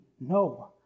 No